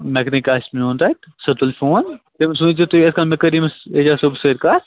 mechanic آسہِ میٛون تَتہِ سُہ تُلہِ فون تٔمِس ؤنۍزیٚو تُہۍ یِتھٕ کٔنۍ مےٚ کٔرِو أمِس اعجاز صٲبَس سۭتۍ کَتھ